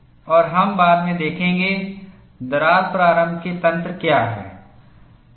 और हम बाद में देखेंगे दरार प्रारंभ के तंत्र क्या हैं